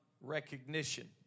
recognition